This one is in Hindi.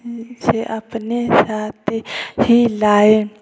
से अपने साथ ही लाए